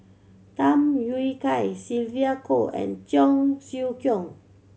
Tham Yui Kai Sylvia Kho and Cheong Siew Keong